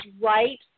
right